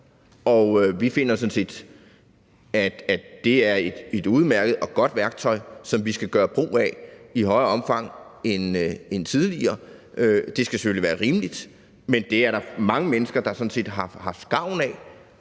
sådan set, at det er et udmærket og godt værktøj, som vi skal gøre brug af i større omfang end tidligere. Det skal selvfølgelig være rimeligt, men det er der mange mennesker, der sådan set har haft gavn af.